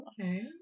Okay